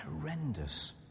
horrendous